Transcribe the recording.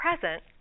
present